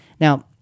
Now